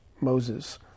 Moses